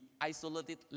isolated